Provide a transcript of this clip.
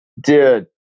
Dude